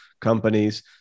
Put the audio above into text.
companies